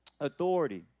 authority